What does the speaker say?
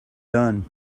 done